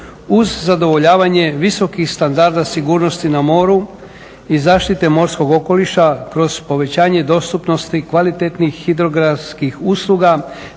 uz zadovoljavanje visokih standarda sigurnosti na moru i zaštite morskog okoliša kroz povećanje dostupnosti kvalitetnih hidrografskih usluga